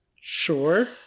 Sure